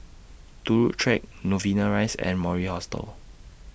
Turut Track Novena Rise and Mori Hostel